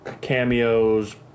cameos